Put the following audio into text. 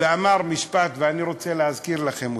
ואמר משפט, ואני רוצה להזכיר לכם אותו,